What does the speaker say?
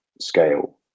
scale